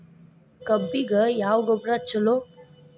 ಕಬ್ಬಿಗ ಯಾವ ಗೊಬ್ಬರ ಛಲೋ?